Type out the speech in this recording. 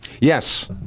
Yes